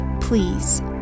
please